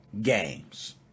games